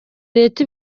leta